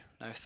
No